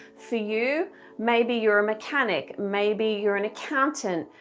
for you maybe you're a mechanic, maybe you're an accountant,